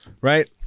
right